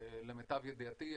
למיטב ידיעתי,